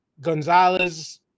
Gonzalez